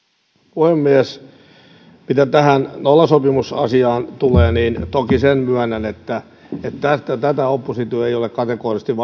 puhemies mitä tähän nollasopimusasiaan tulee niin toki sen myönnän että tätä oppositio ei ole kategorisesti